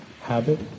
habit